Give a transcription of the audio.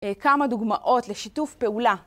כמה דוגמאות לשיתוף פעולה.